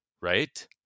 right